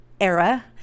Era